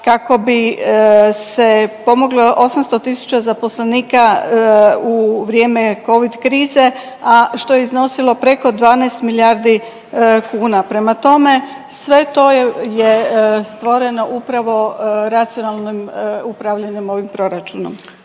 kako bi se pomoglo 800.000 zaposlenika u vrijeme Covid krize, a što je iznosilo preko 12 milijardi kuna. Prema tome, sve to je stvoreno upravo racionalnim upravljanjem ovim proračunom.